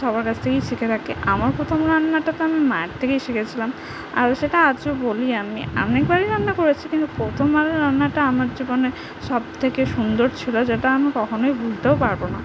সবার কাছ থেকেই শিখে রাখে আমার প্রথম রান্নাটা তো আমি মায়ের থেকেই শিখেছিলাম আর সেটা আজও বলি আমি অনেকবারই রান্না করেছি কিন্তু প্রথমবারের রান্নাটা আমার জীবনে সব থেকে সুন্দর ছিলো যেটা আমি কখনোই ভুলতেও পারবো না